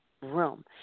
room